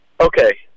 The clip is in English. okay